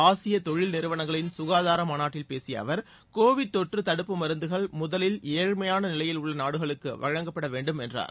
ஆசிய தொழில்நிறுவனங்களின் சுகாதார மாநாட்டில் பேசிய அவர் கோவிட் தொற்று தடுப்பு மருந்துகள் முதலில் ஏழ்மையான நிலையில் உள்ள நாடுகளுக்கு வழங்கப்பட வேண்டும் என்றார்